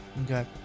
Okay